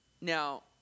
now